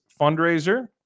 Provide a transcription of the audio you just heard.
fundraiser